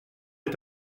est